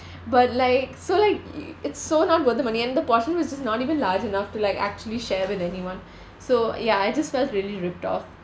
but like so like it's so not worth the money and the portion was just not even large enough to like actually share with anyone so ya I just felt really ripped off